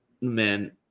man